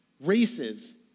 races